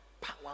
power